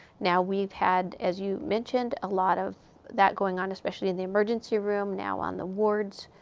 now, we've had, as you mentioned, a lot of that going on, especially in the emergency room, now on the wards